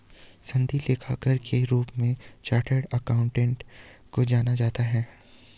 सनदी लेखाकार के रूप में चार्टेड अकाउंटेंट को जाना जाता है